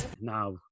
Now